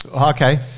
Okay